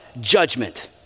judgment